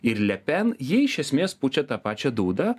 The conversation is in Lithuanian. ir le pen jie iš esmės pučia tą pačią dūdą